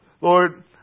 Lord